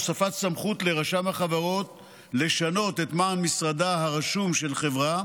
הוספת סמכות לרשם החברות לשנות את מען משרדה הרשום של חברה,